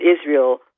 Israel